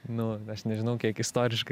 nu aš nežinau kiek istoriškai